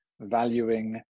valuing